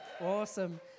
Awesome